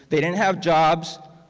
they didn't have jobs,